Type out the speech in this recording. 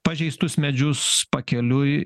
pažeistus medžius pakeliui